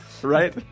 right